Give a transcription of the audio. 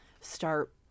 start